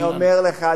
אני אומר לך,